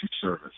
service